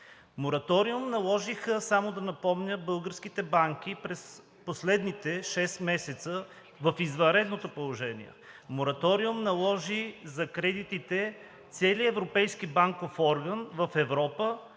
Мораториум наложиха, само да напомня, българските банки през последните шест месеца в извънредното положение. Мораториум наложи за кредитите целият европейски банков орган в Европа